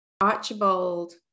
Archibald